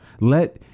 Let